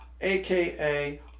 aka